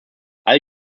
all